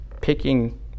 picking